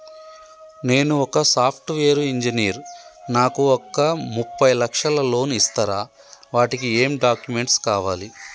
నేను ఒక software engineer నాకు ఒక ముప్పై లక్షల లోన్ ఇస్తరా? వాటికి ఏం డాక్యుమెంట్స్ కావాలి?